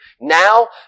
now